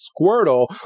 Squirtle